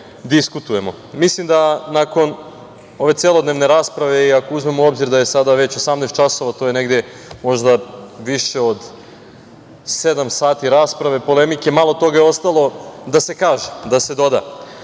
da nakon ove celodnevne rasprave i ako uzmemo u obzir da je sada već 18.00 časova, a to je negde više od sedam sati rasprave, polemike, malo toga je ostalo da se kaže, da se doda.Za